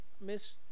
Miss